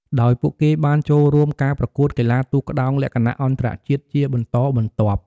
ដោយពួកគេបានចូលរួមការប្រកួតកីឡាទូកក្ដោងលក្ខណៈអន្តរជាតិជាបន្តបន្ទាប់។